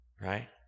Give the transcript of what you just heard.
right